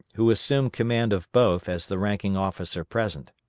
who assumed command of both as the ranking officer present.